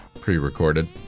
pre-recorded